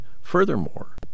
furthermore